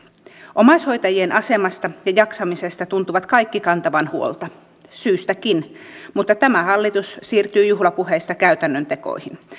omaishoitajien asemasta ja jaksamisesta tuntuvat kaikki kantavan huolta syystäkin mutta tämä hallitus siirtyi juhlapuheista käytännön tekoihin